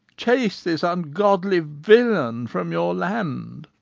chase this ungodly villain from your land.